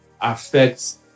affects